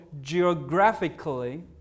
geographically